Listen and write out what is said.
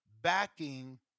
backing